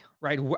right